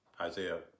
Isaiah